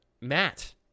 Matt